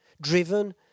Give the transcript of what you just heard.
Driven